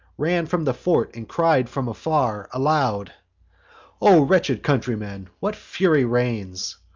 ran from the fort, and cried, from far, aloud o wretched countrymen! what fury reigns?